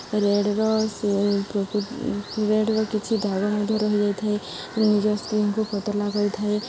ରେଡ଼୍ର ସେ ରେଡ଼୍ର କିଛି ଦାଗ ମଧ୍ୟ ରହିଯାଇଥାଏ ନିଜ ସ୍କିନ୍କୁ ପତଳା କରିଥାଏ